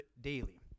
daily